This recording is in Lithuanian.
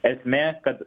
esmė kad